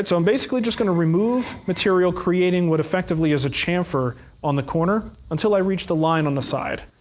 so i'm basically just going to remove material creating what effectively is a chamfer on the corner, until i reach the line on the side.